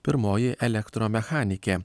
pirmoji elektromechanikė